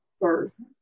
first